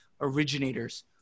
originators